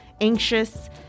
anxious